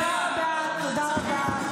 תודה רבה.